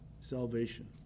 salvation